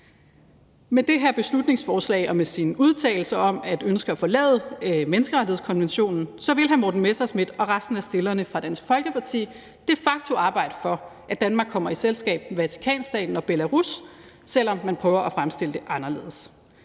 Med det her beslutningsforslag og med sine udtalelser om at ønske at forlade menneskerettighedskonventionen vil hr. Morten Messerschmidt og resten af forslagsstillerne fra Dansk Folkeparti de facto arbejde for, at Danmark kommer i selskab med Vatikanstaten og Belarus, selv om man prøver at fremstille det anderledes.